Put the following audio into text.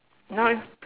now eh